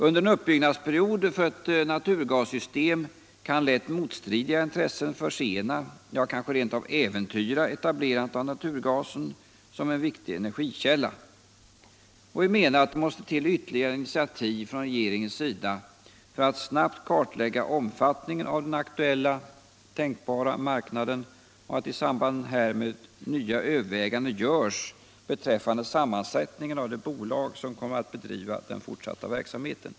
Under en uppbyggnadsperiod för ett naturgassystem kan lätt motstridiga intressen försena, ja, kanske rent av äventyra etablerandet av naturgasen som en viktig energikälla. Vi menar att det måste till ytterligare initiativ från regeringens sida för att snabbt kartlägga omfattningen av den aktuella tänkbara marknaden och att i samband härmed nya överväganden måste göras beträffande sammansättningen av det bolag som kommer att bedriva den fortsatta verksamheten.